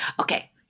Okay